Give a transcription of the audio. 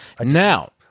Now